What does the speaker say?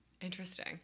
interesting